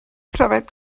pryfed